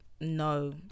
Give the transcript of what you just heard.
no